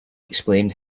explain